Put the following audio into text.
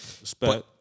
Respect